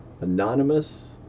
anonymous